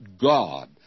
God